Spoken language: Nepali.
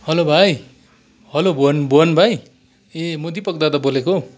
हेलो भाइ हेलो भुवन भुवन भाइ ए म दिपक दादा बोलेको